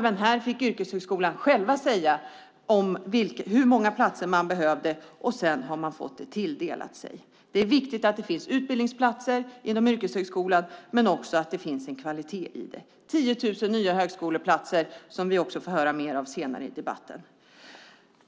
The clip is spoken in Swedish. Även yrkeshögskolan fick själv säga hur många platser man behövde, sedan har man tilldelats dessa platser. Det är viktigt att det finns utbildningsplatser inom yrkeshögskolan men också att de är av bra kvalitet. Det blir också 10 000 nya högskoleplatser. Det får vi höra mer om senare i debatten.